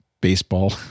baseball